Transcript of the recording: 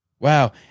Wow